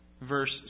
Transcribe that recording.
verse